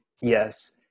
Yes